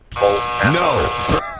No